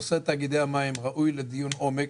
נושא תאגידי המים ראוי לדיון עומק.